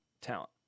talent